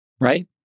Right